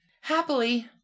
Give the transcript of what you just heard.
Happily